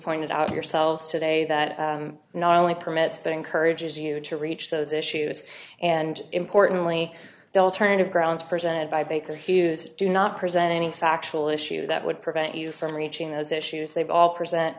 pointed out yourselves today that not only permits but encourages you to reach those issues and importantly the alternative grounds presented by baker hughes do not present any factual issues that would prevent you from reaching those issues they've all present